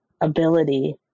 ability